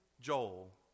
Joel